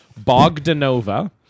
Bogdanova